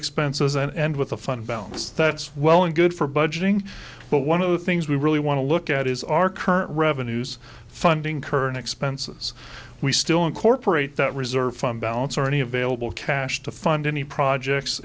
expenses and with the fund balance that's well and good for budgeting but one of the things we really want to look at is our current revenues funding current expenses we still incorporate that reserve fund balance or any available cash to fund any projects